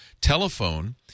telephone